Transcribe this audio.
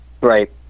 Right